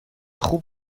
خوب